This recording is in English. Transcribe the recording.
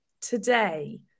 today